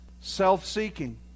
self-seeking